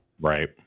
Right